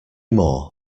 more